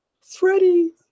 Freddie